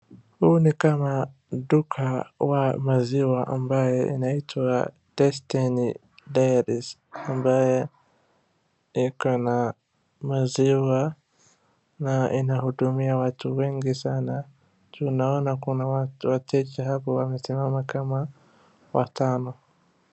Huu ni kama duka wa maziwa ambaye inaitwa Destiny Dairies ambaye ikona maziwa na inahudumia watu wengi sana ju naona kuna wateja hapo wamesimama kama watano.